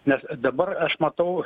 nes dabar aš matau